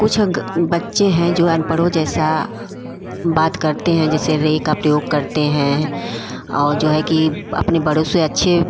कुछ अग बच्चे हैं जो अनपढ़ों जैसा बात करते हैं जैसे रे का प्रयोग करते हैं औ जो हैं कि अपने बड़ों से अच्छे